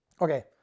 Okay